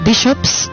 bishops